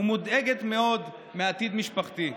ומודאגת מאוד מעתיד משפחתי.